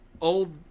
old